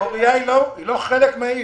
לא חלק מהעיר.